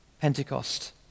Pentecost